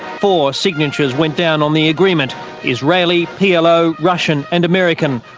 four signatures went down on the agreement israeli, plo, russian and american.